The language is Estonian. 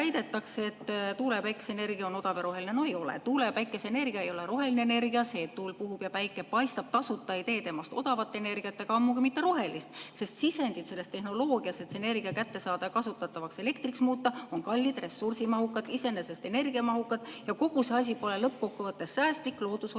ja päikeseenergia oleks odav ja roheline. No ei ole. Tuule‑ ja päikeseenergia ei ole roheline energia. See, et tuul puhub ja päike paistab tasuta, ei tee sellest odavat energiat ega ammugi mitte rohelist. Sisendid selles tehnoloogias, et see energia kätte saada ja kasutatavaks elektriks muuta, on kallid, ressursimahukad, iseenesest energiamahukad ja kogu see asi pole lõppkokkuvõttes säästlik, loodust hoidev